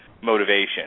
motivation